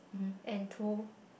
and two